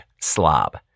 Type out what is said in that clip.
slob